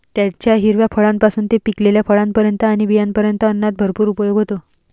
त्याच्या हिरव्या फळांपासून ते पिकलेल्या फळांपर्यंत आणि बियांपर्यंत अन्नात भरपूर उपयोग होतो